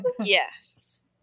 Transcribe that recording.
Yes